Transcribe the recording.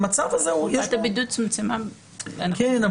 חובת הבידוד צומצמה רק למגע עם --- כן,